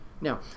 Now